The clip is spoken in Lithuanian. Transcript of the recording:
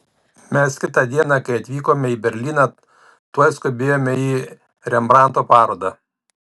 mes kitą dieną kai atvykome į berlyną tuoj skubėjome į rembrandto parodą